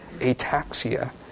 ataxia